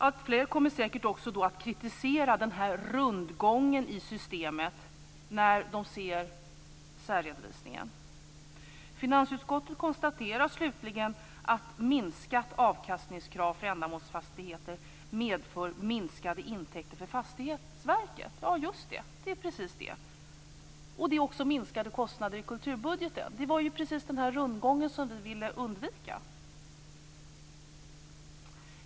Alltfler kommer säkert också att kritisera den här rundgången i systemet när de ser särredovisningen. Finansutskottet konstaterar slutligen att minskat avkastningskrav för ändamålsfastigheter medför minskade intäkter för Fastighetsverket. Ja, just det. Det är precis det som händer. Det innebär också minskade kostnader i kulturbudgeten. Det var ju precis den här rundgången som vi ville undvika.